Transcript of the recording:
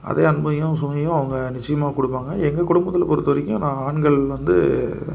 அதே அன்பையும் சுமையும் அவங்க நிச்சயமாக கொடுப்பாங்க எங்கள் குடும்பத்தில் பொருத்த வரைக்கும் நான் ஆண்கள் வந்து